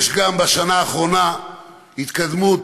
יש בשנה האחרונה גם התקדמות